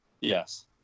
Yes